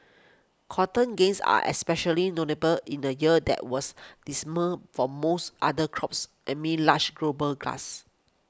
cotton's gains are especially notable in a year that was dismal for most other crops amid large global gluts